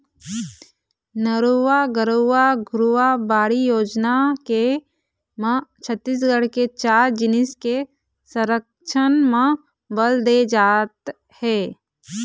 नरूवा, गरूवा, घुरूवा, बाड़ी योजना के म छत्तीसगढ़ के चार जिनिस के संरक्छन म बल दे जात हे